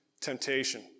temptation